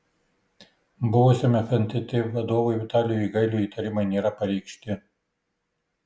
buvusiam fntt vadovui vitalijui gailiui įtarimai nėra pareikšti